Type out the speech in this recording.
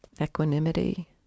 Equanimity